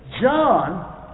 John